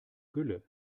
gülle